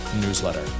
newsletter